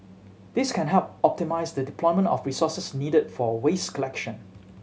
this can help optimise the deployment of resources needed for waste collection